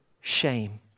shame